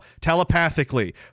telepathically